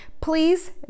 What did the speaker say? please